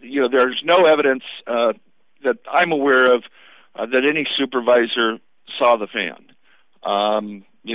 you know there is no evidence that i'm aware of that any supervisor saw the fan you know